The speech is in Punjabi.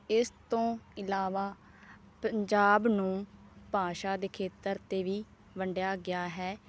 ਇਸ ਤੋਂ ਇਲਾਵਾ ਪੰਜਾਬ ਨੂੰ ਭਾਸ਼ਾ ਦੇ ਖੇਤਰ 'ਤੇ ਵੀ ਵੰਡਿਆ ਗਿਆ ਹੈ